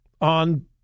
on